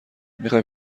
میخای